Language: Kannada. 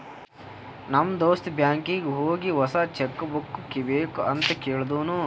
ನಮ್ ದೋಸ್ತ ಬ್ಯಾಂಕೀಗಿ ಹೋಗಿ ಹೊಸಾ ಚೆಕ್ ಬುಕ್ ಬೇಕ್ ಅಂತ್ ಕೇಳ್ದೂನು